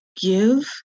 give